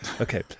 Okay